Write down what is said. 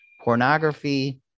pornography